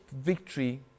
victory